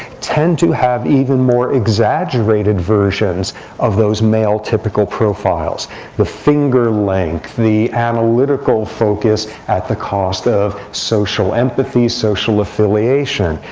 tend to have even more exaggerated versions of those male typical profiles the finger length, the analytical focus at the cost of social empathy, social affiliation,